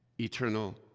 Eternal